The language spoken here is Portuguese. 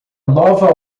nova